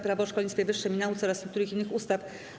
Prawo o szkolnictwie wyższym i nauce oraz niektórych innych ustaw.